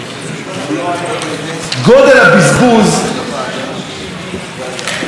גודל הבזבוז לא מובן עכשיו לכולם.